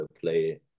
play